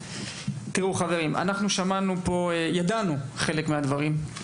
חברים, שמענו פה דברים, את חלקם ידענו.